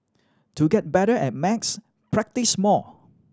to get better at max practise more